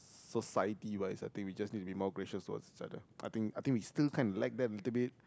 society but is a thing we just need more gracious was settled I think I think we still can't let them to be